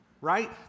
right